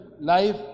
life